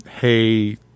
Hey